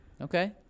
Okay